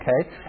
okay